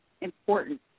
important